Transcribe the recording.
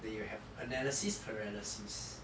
then you have analysis paralysis